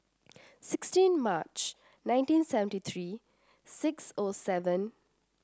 sixteen March nineteen seventy three six O seven